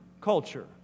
culture